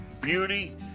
beauty